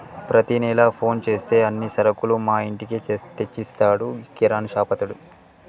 ప్రతి నెల ఫోన్ చేస్తే అన్ని సరుకులు మా ఇంటికే తెచ్చిస్తాడు కిరాణాషాపతడు